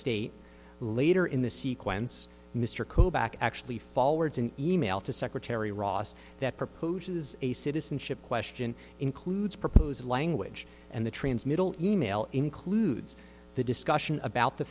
state later in the sequence mr coe back actually fall words an e mail to secretary ross that proposes a citizenship question includes proposed language and the transmittal email includes the discussion about the